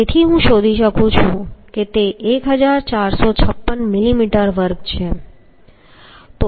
તેથી હું શોધી શકું છું કે તે 1456 મિલીમીટર વર્ગ છે